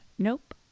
nope